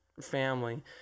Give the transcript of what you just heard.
family